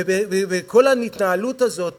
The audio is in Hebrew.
כל ההתנהלות הזאת